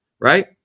right